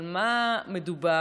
על מה מדובר?